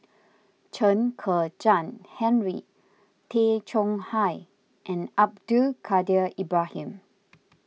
Chen Kezhan Henri Tay Chong Hai and Abdul Kadir Ibrahim